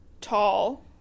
tall